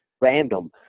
random